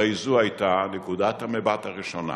הרי זו היתה נקודת המבט הראשונה